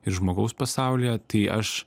ir žmogaus pasaulyje tai aš